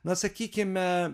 na sakykime